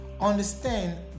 understand